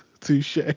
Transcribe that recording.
touche